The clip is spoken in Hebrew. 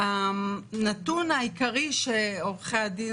(שקף: עורכי דין